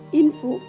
info